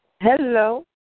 Hello